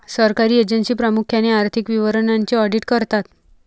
सरकारी एजन्सी प्रामुख्याने आर्थिक विवरणांचे ऑडिट करतात